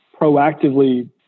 proactively